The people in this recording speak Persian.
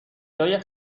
جای